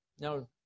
Now